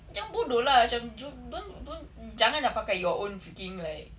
macam bodoh lah macam don't don't jangan lah pakai your own freaking like